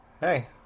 hey